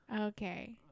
Okay